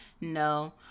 No